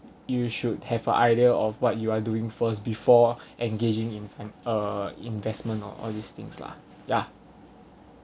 you should have a idea of what you are doing first before engaging in an uh investment or all these things lah ya